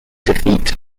defeat